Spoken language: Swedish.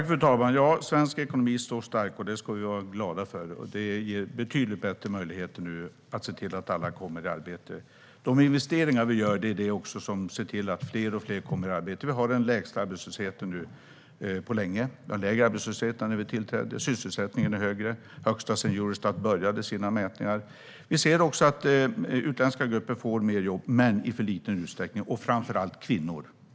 Fru talman! Ja, svensk ekonomi står stark, och det ska vi vara glada för. Det ger betydligt bättre möjligheter att se till att alla kommer i arbete. De investeringar vi gör är det som ser till att fler och fler kommer i arbete. Vi har den lägsta arbetslösheten på länge. Vi har lägre arbetslöshet än när vi tillträdde. Sysselsättningen är högre - den högsta sedan Eurostat började med sina mätningar. Vi ser också att utländska grupper får mer jobb, men i för liten utsträckning. Det gäller framför allt kvinnor.